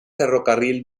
ferrocarril